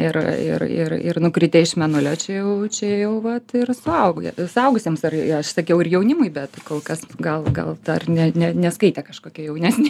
ir ir ir nukritę iš mėnulio čia jau čia vat ir suaugę suaugusiems ar aš sakiau ir jaunimui bet kol kas gal gal dar ne ne neskaitė kažkokia jaunesnė